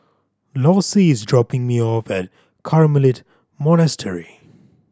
Lossie is dropping me off at Carmelite Monastery